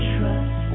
Trust